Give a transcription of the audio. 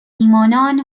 ایمانان